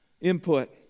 input